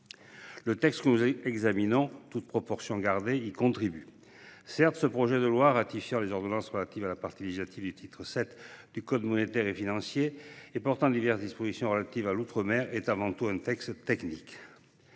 le texte que nous examinons y contribue. Certes, le projet de loi ratifiant les ordonnances relatives à la partie législative du livre VII du code monétaire et financier et portant diverses dispositions relatives à l’outre mer est avant tout un texte technique.